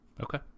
okay